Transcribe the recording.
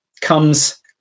comes